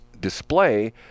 display